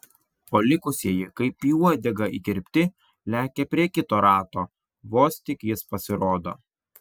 o likusieji kaip į uodegą įkirpti lekia prie kito rato vos tik jis pasirodo